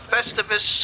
Festivus